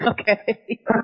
Okay